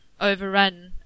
overrun